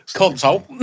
console